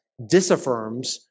disaffirms